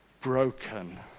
broken